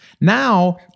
Now